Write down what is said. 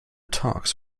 talks